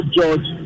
George